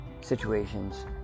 situations